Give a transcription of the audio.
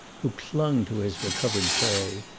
who clung to his recovered prey,